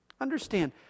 Understand